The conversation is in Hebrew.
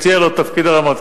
מציע לו את תפקיד הרמטכ"ל,